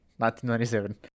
1997